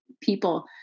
people